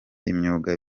imyuga